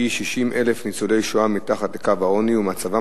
60,000 ניצולי השואה מתחת לקו העוני ומצבם